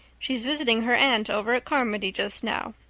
she's visiting her aunt over at carmody just now.